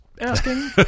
asking